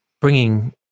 bringing